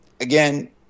again